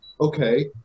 okay